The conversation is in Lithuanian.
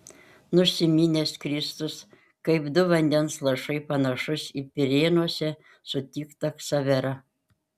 nusiminęs kristus kaip du vandens lašai panašus į pirėnuose sutiktą ksaverą